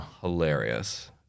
hilarious